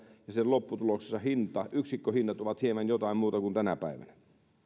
ja sen lopputuloksessa hinta yksikköhinnat ovat hieman jotain muuta kuin tänä päivänä